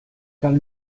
quand